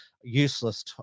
useless